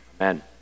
Amen